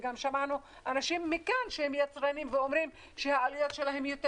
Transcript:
וגם שמענו אנשים כאן שהם היצרנים והם אומרים שהעלויות שלהם יותר